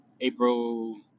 April